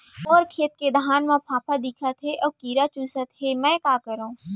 मोर खेत के धान मा फ़ांफां दिखत हे अऊ कीरा चुसत हे मैं का करंव?